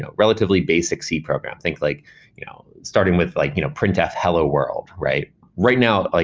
and relatively basic c program. think like you know starting with like you know printf hello, world. right right now, ah